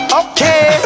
okay